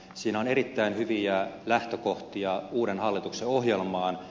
siinä on erittäin hyviä lähtökohtia uuden hallituksen ohjelmaan